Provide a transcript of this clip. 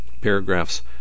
paragraphs